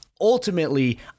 Ultimately